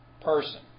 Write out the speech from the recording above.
person